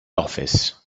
office